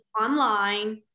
online